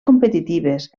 competitives